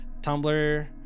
tumblr